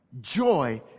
Joy